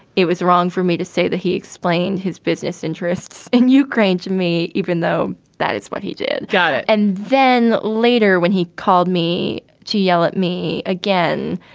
it was wrong for me to say that he explained his business interests in ukraine to me, even though that is what he did. got it. and then later, when he called me to yell at me again,